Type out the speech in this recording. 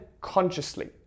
consciously